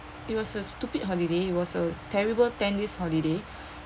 it was a stupid holiday it was a terrible ten days holiday